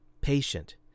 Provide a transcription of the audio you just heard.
patient